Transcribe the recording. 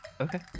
Okay